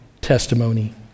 testimony